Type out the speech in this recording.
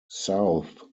south